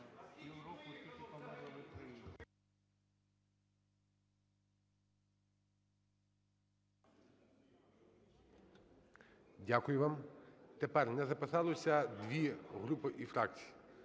Дякую вам. Тепер. Не записалося дві групи і фракції.